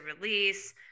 release